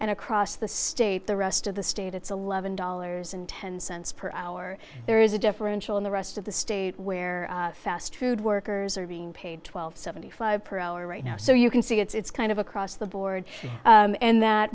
and across the state the rest of the state it's eleven dollars and ten cents per hour there is a differential in the rest of the state where fast food workers are being paid twelve seventy five per hour right now so you can see it's kind of across the board and that